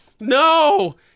no